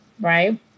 right